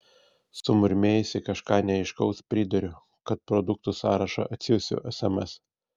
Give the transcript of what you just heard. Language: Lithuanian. sumurmėjusi kažką neaiškaus priduriu kad produktų sąrašą atsiųsiu sms